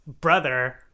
brother